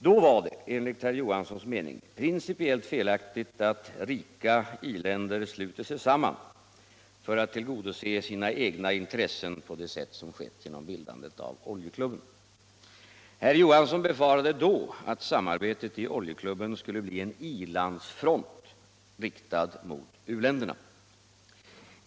Då var det enligt herr Johanssons mening principiellt felaktigt att rika i-länder sluter sig samman för att tillgodose sina egna intressen på det sätt som skett genom bildandet av Oljeklubben. Herr Johansson befarade då att samarbetet i Oljeklubben skulle bli en i-landsfront riktad mot u-länderna.